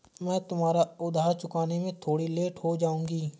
मैं तुम्हारा उधार चुकाने में थोड़ी लेट हो जाऊँगी